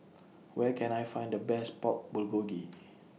Where Can I Find The Best Pork Bulgogi